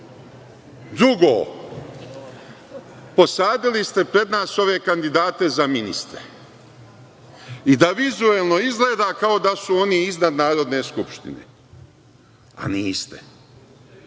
posadili ste pred nas ove kandidate za ministre i da vizuelno izgleda kao da su oni iznad Narodne skupštine, a niste.